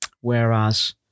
whereas